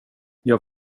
jag